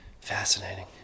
Fascinating